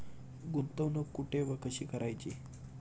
गुंतवणूक कुठे व कशी करायची?